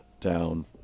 down